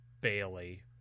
Bailey